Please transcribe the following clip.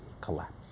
collapse